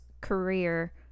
career